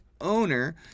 owner